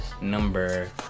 number